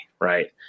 right